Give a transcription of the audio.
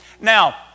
Now